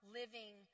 living